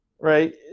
right